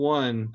one